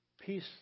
peace